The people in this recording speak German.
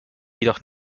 jedoch